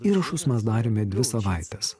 įrašus mas darėme dvi savaites